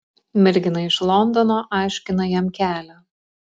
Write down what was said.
mergina iš londono aiškina jam kelią